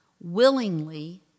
willingly